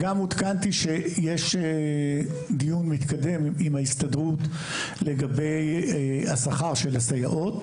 עודכנתי שיש דיון מתקדם עם ההסתדרות לגבי השכר של הסייעות,